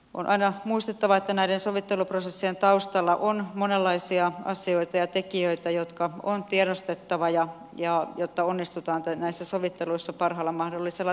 on aina muistettava että näiden sovitteluprosessien taustalla on monenlaisia asioita ja tekijöitä jotka on tiedostettava jotta onnistutaan näissä sovitteluissa parhaalla mahdollisella tavalla